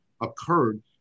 occurred